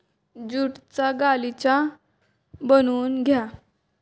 ज्यूटचा गालिचा बनवून घ्या